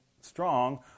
strong